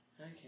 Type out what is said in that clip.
Okay